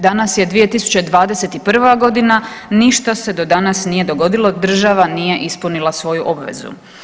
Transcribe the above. Danas je 2021. g., ništa se do danas nije dogodilo, država nije ispunila svoju obvezu.